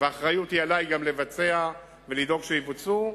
והאחריות היא גם עלי לבצע ולדאוג שיבוצעו,